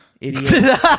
Idiot